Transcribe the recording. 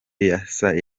yesaya